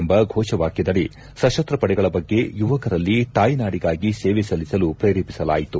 ಎಂಬ ಘೋಷವಾಕ್ಕದಡಿ ಸಶಸ್ತ ಪಡೆಗಳ ಬಗ್ಗೆ ಯುವಕರಲ್ಲಿ ತಾಯಿನಾಡಿಗಾಗಿ ಸೇವೆ ಸಲ್ಲಿಸಲು ಪ್ರೇರೇಪಿಸಿಲಾಯಿತು